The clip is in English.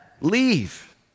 leave